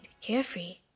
carefree